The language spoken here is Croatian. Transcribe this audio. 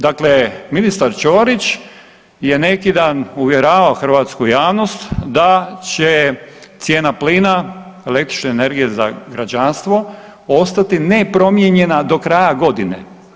Dakle, ministar Ćorić je neki dan uvjeravao hrvatsku javnost da će cijena plina i električne energije za građanstvo ostati nepromijenjena do kraja godine.